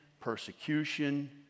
persecution